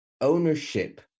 ownership